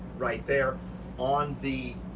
right there on the